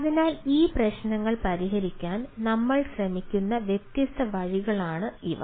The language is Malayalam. അതിനാൽ ഈ പ്രശ്നങ്ങൾ പരിഹരിക്കാൻ നമ്മൾ ശ്രമിക്കുന്ന വ്യത്യസ്ത വഴികളാണ് ഇവ